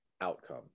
outcome